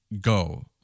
go